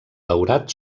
daurat